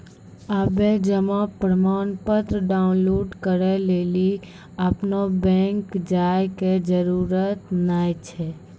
आबे जमा प्रमाणपत्र डाउनलोड करै लेली अपनो बैंक जाय के जरुरत नाय छै